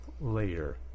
later